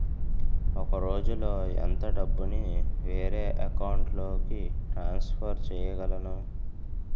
ఒక రోజులో ఎంత డబ్బుని వేరే అకౌంట్ లోకి ట్రాన్సఫర్ చేయగలను?